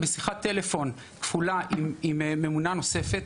בשיחת טלפון כפולה עם ממונה נוספת,